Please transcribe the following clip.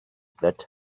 that